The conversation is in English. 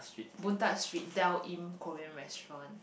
Boon-Tat-Street Dal-Im-Korean-Restaurant